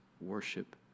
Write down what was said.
worship